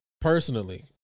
Personally